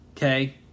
Okay